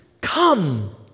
come